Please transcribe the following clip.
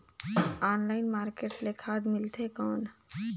Online market ले खाद मिलथे कौन?